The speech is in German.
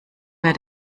wer